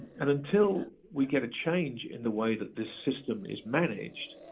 and until we get a change in the way that this system is managed,